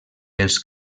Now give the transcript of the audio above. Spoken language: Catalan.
pels